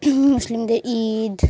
মুসলিমদের ঈদ